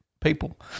people